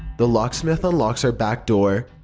the lock smith unlocks our back door,